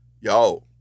Yo